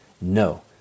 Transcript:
No